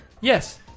Yes